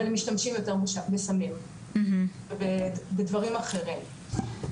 אבל משתמשים יותר בסמים ובדברים אחרים.